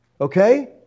Okay